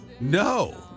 no